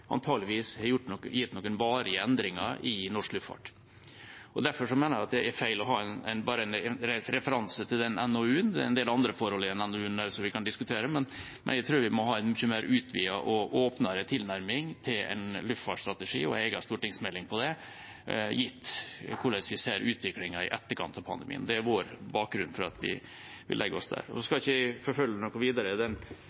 har gitt noen varige endringer i norsk luftfart. Derfor mener jeg det er feil bare å ha en referanse til den NOU-en. Det er en del andre forhold i den NOU-en vi kan diskutere også, men jeg tror vi må ha en mye mer utvidet og åpnere tilnærming til en luftfartsstrategi og en egen stortingsmelding gitt hvordan vi ser utviklingen i etterkant av pandemien. Det er bakgrunnen for at vi legger oss der vi legger oss. Så skal jeg ikke forfølge videre den